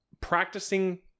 practicing